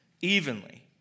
evenly